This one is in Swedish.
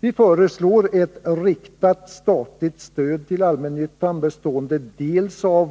Vi föreslår ett riktat statligt stöd till allmännyttan bestående dels av